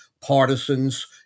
partisans